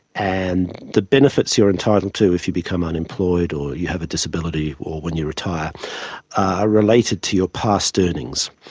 and the benefits you're entitled to if you become unemployed or you have a disability or when you retire are related to your past earnings.